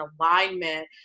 alignment